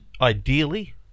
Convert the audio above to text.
ideally